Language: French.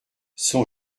son